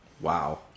Wow